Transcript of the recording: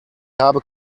habe